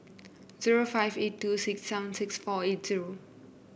zero five eight two six sun six four eight zero